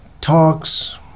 talks